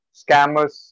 scammers